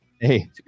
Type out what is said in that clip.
Hey